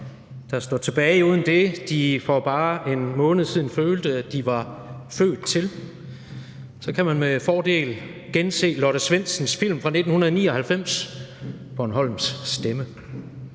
der står tilbage uden det, de for bare en måned siden følte, at de var født til, kan man med fordel gense Lotte Svendsens film fra 1999 »Bornholms stemme«.